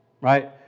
right